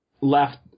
left